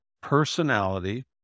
personality